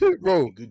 bro